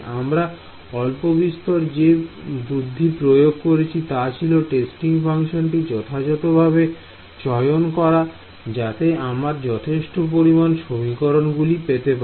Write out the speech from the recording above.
আমরা অল্পবিস্তর যে বুদ্ধি প্রয়োগ করেছি তা ছিল টেস্টিং ফাংশনটি যথাযথভাবে চয়ন করা যাতে আমরা যথেষ্ট পরিমাণে সমীকরণ গুলি পেতে পারি